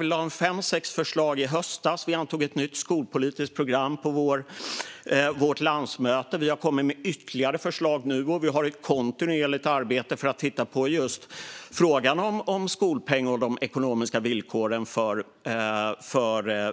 Vi lade fram fem sex förslag i höstas. Vi antog ett nytt skolpolitiskt program på vårt landsmöte. Vi har kommit med ytterligare förslag nu. Och vi har ett kontinuerligt arbete för att titta på just frågan om skolpeng och de ekonomiska villkoren för